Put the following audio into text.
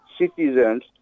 citizens